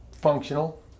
functional